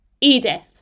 Edith